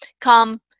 Come